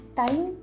time